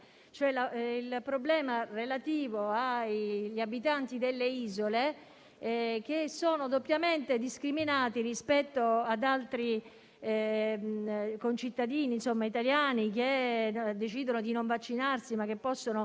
cioè quella relativa agli abitanti delle isole, che sono doppiamente discriminati rispetto ad altri concittadini italiani che decidono di non vaccinarsi, ma che possono